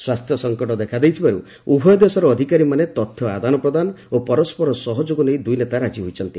ସ୍ୱାସ୍ଥ୍ୟ ସଙ୍କଟ ଦେଖା ଦେଇଥିବାରୁ ଉଭୟ ଦେଶର ଅଧିକାରୀମାନେ ତଥ୍ୟ ଆଦାନପ୍ରଦାନ ଓ ପରସ୍କର ସହଯୋଗ ନେଇ ଦୁଇ ନେତା ରାଜି ହୋଇଛନ୍ତି